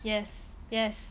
yes yes